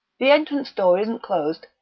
the entrance door isn't closed,